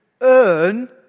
earn